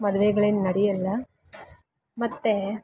ಮದ್ವೆಗಳೇನು ನಡೆಯಲ್ಲ ಮತ್ತು